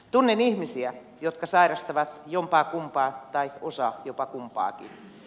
tunnen ihmisiä jotka sairastavat jompaakumpaa tai osa jopa kumpaakin